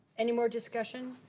any more discussion?